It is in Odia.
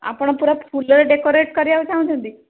ଆପଣ ପୁରା ଫୁଲରେ ଡ଼େକୋରେଟ କରିବାକୁ ଚାହୁଁଛନ୍ତି